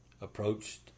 approached